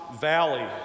Valley